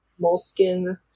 moleskin